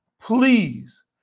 please